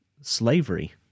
slavery